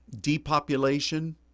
depopulation